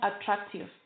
attractive